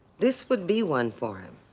this would be one for him.